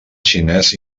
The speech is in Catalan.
xinès